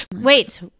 Wait